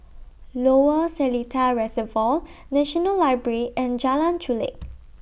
Lower Seletar Reservoir National Library and Jalan Chulek